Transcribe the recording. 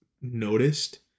noticed